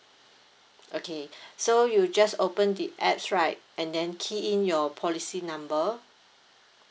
okay so you just open the apps right and then key in your policy number